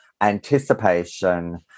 anticipation